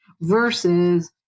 versus